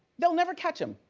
they'll never catch him.